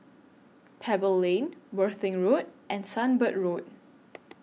Pebble Lane Worthing Road and Sunbird Road